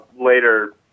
later